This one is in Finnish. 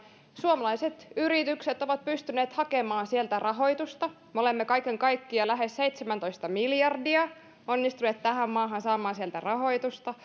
suomalaiset yritykset ovat pystyneet hakemaan sieltä rahoitusta me olemme kaiken kaikkiaan lähes seitsemäntoista miljardia onnistuneet tähän maahan saamaan sieltä rahoitusta